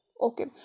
Okay